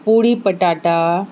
पूरी पटाटा